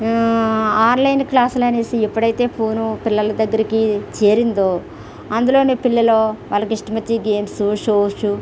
online క్లాసులు అనేసి ఎప్పుడైతే ఫోను పిల్లల దగ్గరికి చేరిందో అందులోనే పిల్లలు వాళ్ళకి ఇష్టం వచ్చిన గేమ్స్ షోస్